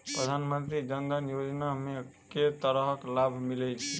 प्रधानमंत्री जनधन योजना मे केँ तरहक लाभ मिलय छै?